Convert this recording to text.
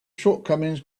shortcomings